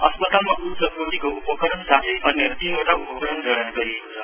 अस्पतालमा उच्चकोटिको उपकरण साथै अन्य तीनवटा उपकरण जडान गरिएको छ